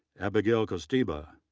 abbigail kosteba,